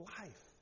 life